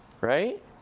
right